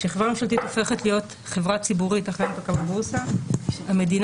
כשחברה ממשלתית הופכת להיות חברה ציבורית אחרי הנפקה בבורסה המדינה,